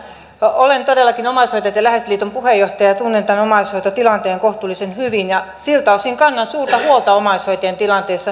olen todellakin omaishoitajat ja läheiset liiton puheenjohtaja ja tunnen tämän omaishoitotilanteen kohtuullisen hyvin ja siltä osin kannan suurta huolta omaishoitajien tilanteesta